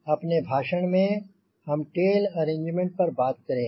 अपने भाषण में हम टेल अरेंजमेंट पर बात करेंगे